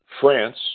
France